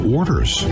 orders